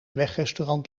wegrestaurant